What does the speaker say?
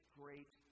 great